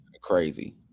crazy